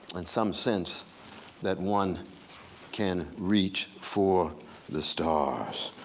and some sense that one can reach for the stars.